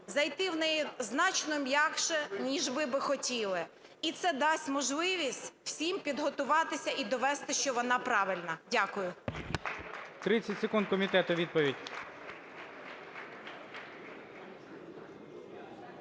зайти в неї значно м'якше ніж ви би хотіли. І це дасть можливість всім підготуватися і довести, що вона правильна. Дякую.